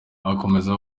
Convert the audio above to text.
akomeza